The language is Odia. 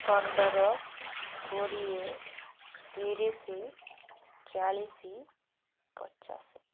ପନ୍ଦର କୋଡ଼ିଏ ତିରିଶ ଚାଳିଶ ପଚାଶ